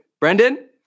Brendan